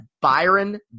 Byron